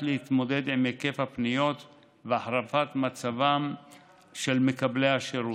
להתמודד עם היקף הפניות והחרפת מצבם של מקבלי השירות.